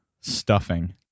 stuffing